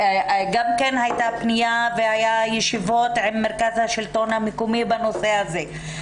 היו גם ישיבות עם מרכז השלטון המקומי בנושא הזה.